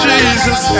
Jesus